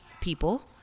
people